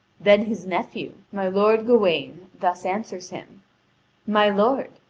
then his nephew, my lord gawain, thus answers him my lord,